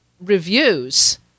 reviews